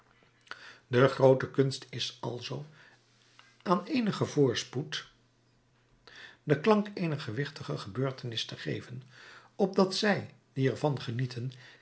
de groote kunst is alzoo aan eenigen voorspoed den klank eener gewichtige gebeurtenis te geven opdat zij die ervan genieten